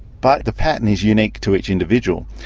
but the pattern is unique to each individual.